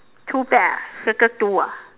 two bag ah circle two ah